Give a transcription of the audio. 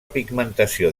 pigmentació